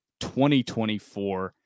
2024